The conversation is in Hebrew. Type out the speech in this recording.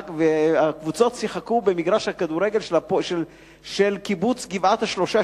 הקבוצות שיחקו במגרש הכדורגל של קיבוץ גבעת-השלושה,